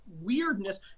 weirdness